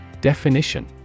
Definition